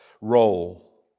role